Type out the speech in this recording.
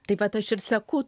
taip vat aš ir seku